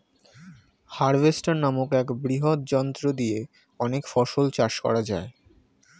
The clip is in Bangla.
হার্ভেস্টার নামক এক বৃহৎ যন্ত্র দিয়ে অনেক ফসল চাষ করা যায়